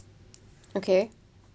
okay